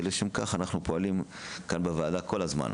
ולשם כך אנחנו פועלים כאן בוועדה כל הזמן.